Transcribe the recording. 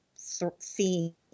theme